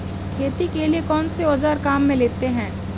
खेती के लिए कौनसे औज़ार काम में लेते हैं?